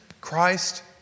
Christ